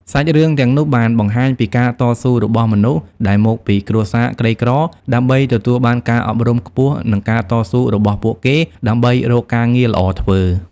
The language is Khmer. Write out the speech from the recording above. សាច់រឿងទាំងនោះបានបង្ហាញពីការតស៊ូរបស់មនុស្សដែលមកពីគ្រួសារក្រីក្រដើម្បីទទួលបានការអប់រំខ្ពស់ និងការតស៊ូរបស់ពួកគេដើម្បីរកការងារល្អធ្វើ។